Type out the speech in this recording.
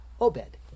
Obed